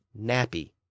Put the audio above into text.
nappy